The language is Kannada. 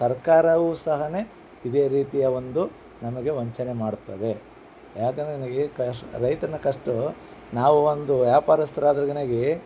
ಸರ್ಕಾರವು ಸಹನೆ ಇದೇ ರೀತಿಯ ಒಂದು ನಮಗೆ ವಂಚನೆ ಮಾಡುತ್ತದೆ ಯಾಕಂದ್ರೆ ನನಗೆ ಕಷ್ ರೈತನ ಕಷ್ಟವು ನಾವು ಒಂದು ವ್ಯಾಪಾರಸ್ತರು ಆದ್ರಗೆನಗಿ